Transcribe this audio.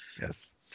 Yes